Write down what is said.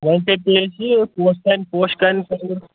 وۅنۍ کٔہۍ پیٚیہِ اَسہِ یہِ پوش کانہِ پوش کانہِ ہِنٛز کانٛگٕر